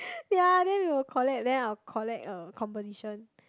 ya then we will collect then we'll collect then I'll collect uh composition